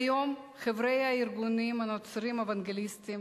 כיום חברי הארגונים הנוצריים האוונגליסטיים